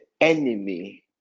enemy